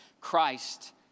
Christ